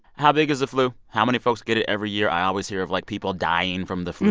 how big is the flu? how many folks get it every year? i always hear of, like, people dying from the flu.